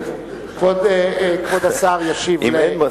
רבותי בצדדים,